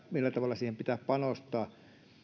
millä tavalla siihen koulutukseen pitää panostaa